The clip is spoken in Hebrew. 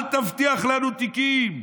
אל תבטיח לנו תיקים,